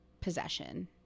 possession